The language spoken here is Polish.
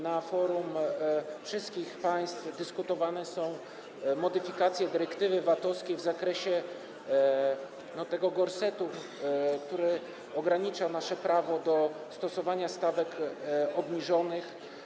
Na forum wszystkich państw dyskutowane są modyfikacje dyrektywy VAT-owskiej w zakresie tego gorsetu, który ogranicza nasze prawo do stosowania stawek obniżonych.